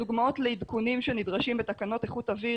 דוגמאות לעדכונים שנדרשים בתקנות איכות אוויר